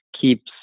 keeps